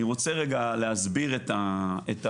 אני רוצה רגע להסביר את התוכניות.